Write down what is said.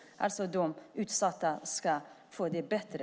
De utsatta ska få det bättre.